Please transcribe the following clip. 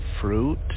fruit